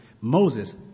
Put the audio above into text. Moses